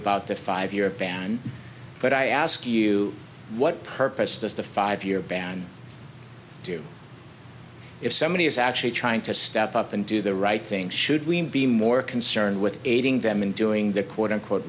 about the five year ban but i ask you what purpose does the five year ban do if somebody is actually trying to step up and do the right thing should we be more concerned with aiding them in doing the quote unquote